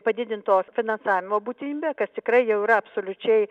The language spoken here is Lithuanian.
padidinto finansavimo būtinybę kas tikrai jau yra absoliučiai